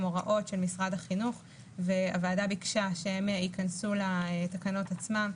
הוראות של משרד החינוך והוועדה ביקשה שהן ייכנסו לתקנות עצמן.